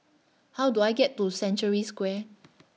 How Do I get to Century Square